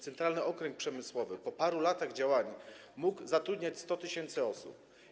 Centralny Okręg Przemysłowy po paru latach działania mógł zatrudniać 100 tys. osób.